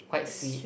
quite sweet